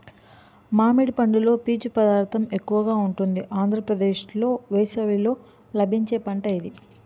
మామిడి పండులో పీచు పదార్థం ఎక్కువగా ఉంటుంది ఆంధ్రప్రదేశ్లో వేసవిలో లభించే పంట ఇది